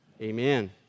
Amen